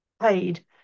paid